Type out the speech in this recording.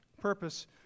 purpose